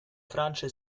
francia